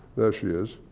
there she is.